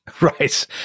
Right